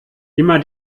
immer